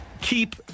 keep